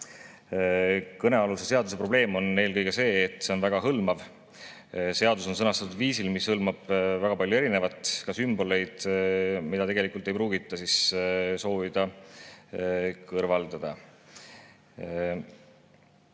Kõnealuse seaduse probleem on eelkõige see, et see on väga hõlmav. Seadus on sõnastatud viisil, mis hõlmab väga palju erinevat, ka sümboleid, mida tegelikult ei pruugita soovida kõrvaldada.